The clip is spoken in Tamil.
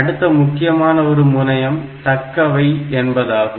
அடுத்த முக்கியமான ஒரு முனையம் தக்கவை என்பதாகும்